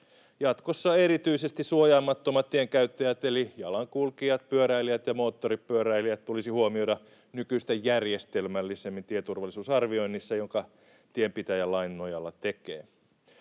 Jatkossa erityisesti suojaamattoman tien käyttäjät eli jalankulkijat, pyöräilijät ja moottoripyöräilijät tulisi huomioida nykyistä järjestelmällisemmin tieturvallisuusarvioinnissa, jonka tienpitäjä lain nojalla tekee.